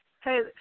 Hey